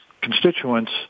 constituents